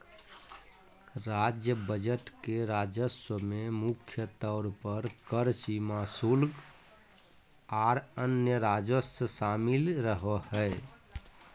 राज्य बजट के राजस्व में मुख्य तौर पर कर, सीमा शुल्क, आर अन्य राजस्व शामिल रहो हय